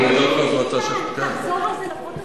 אילן, תחזור על זה לפרוטוקול.